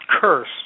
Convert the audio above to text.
curse